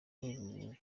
uherutse